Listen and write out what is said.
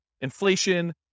inflation